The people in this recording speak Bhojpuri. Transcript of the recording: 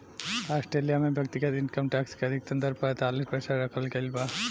ऑस्ट्रेलिया में व्यक्तिगत इनकम टैक्स के अधिकतम दर पैतालीस प्रतिशत रखल गईल बा